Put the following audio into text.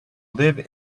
live